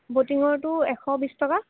ব'টিঙৰটো এশ বিছ টকা